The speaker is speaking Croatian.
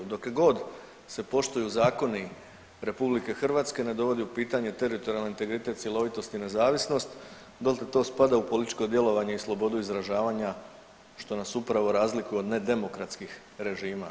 Dok god se poštuju zakoni RH i ne dovodi u pitanje teritorijalni integritet cjelovitosti i nezavisnost dotle to spada u političko djelovanje i slobodu izražavanja što nas upravo razlikuje od ne demokratskih režima.